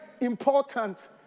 important